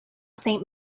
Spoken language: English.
saint